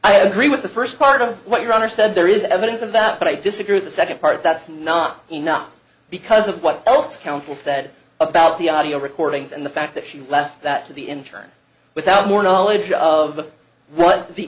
i agree with the first part of what your honor said there is evidence of that but i disagree with the second part that's not enough because of what else counsel said about the audio recordings and the fact that she left that to the in turn without more knowledge of what the